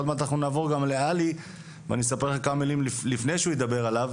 עוד מעד אנחנו נעבור גם לעלי ואני אספר כמה מילים לפני שהוא ידבר עליו,